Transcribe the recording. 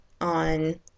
on